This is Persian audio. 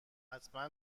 حتما